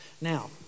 Now